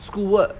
schoolwork